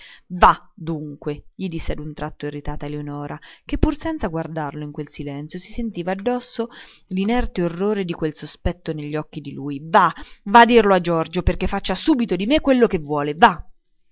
va dunque gli disse a un tratto irritata eleonora che pur senza guardarlo in quel silenzio si sentiva addosso l'inerte orrore di quel sospetto negli occhi di lui va va a dirlo a giorgio perché faccia subito di me quello che vuole va